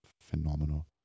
phenomenal